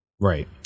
Right